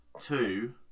two